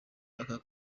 aka